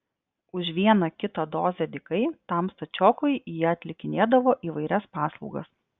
už vieną kitą dozę dykai tam stačiokui jie atlikinėdavo įvairias paslaugas